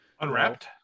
Unwrapped